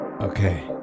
okay